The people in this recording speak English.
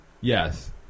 Yes